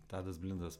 tadas blindas